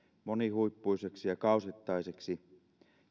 monihuippuiseksi ja kausittaiseksi